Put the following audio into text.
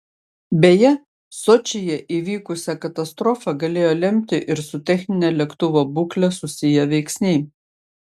beje sočyje įvykusią katastrofą galėjo lemti ir su technine lėktuvo būkle susiję veiksniai